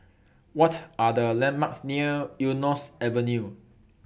What Are The landmarks near Eunos Avenue